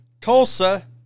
Tulsa